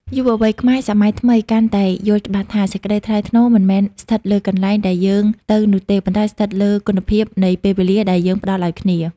យុវវ័យខ្មែរសម័យថ្មីកាន់តែយល់ច្បាស់ថា សេចក្តីថ្លៃថ្នូរមិនមែនស្ថិតលើកន្លែងដែលយើងទៅនោះទេ ប៉ុន្តែស្ថិតលើគុណភាពនៃពេលវេលាដែលយើងផ្ដល់ឱ្យគ្នា។